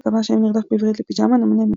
קבעה שם נרדף בעברית לפיג'מה - "נמנמת".